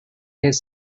his